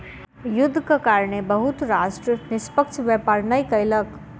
युद्धक कारणेँ बहुत राष्ट्र निष्पक्ष व्यापार नै कयलक